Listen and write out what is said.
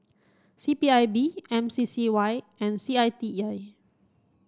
C P I B M C C Y and C I T E I